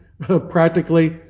Practically